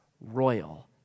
royal